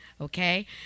okay